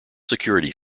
security